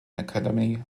academy